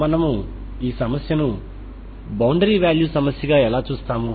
మనము ఈ సమస్యను బౌండరీ వాల్యూ సమస్యగా ఎలా చూస్తాము